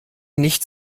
nicht